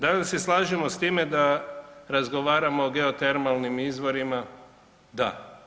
Da li se slažemo s time da razgovaramo o geotermalnim izvorima, da.